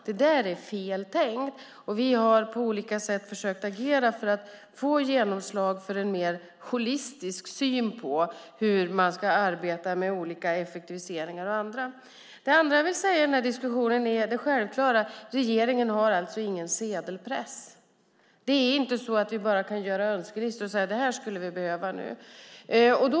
Det är feltänkt, och vi har försökt agera på olika sätt för att få genomslag för en mer holistisk syn på hur man ska arbeta med effektiviseringar och annat. Det andra jag vill ta upp är det självklara, att regeringen inte har någon sedelpress. Vi kan inte bara göra önskelistor och säga att nu behövs det och det.